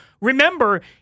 Remember